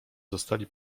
zostali